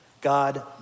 God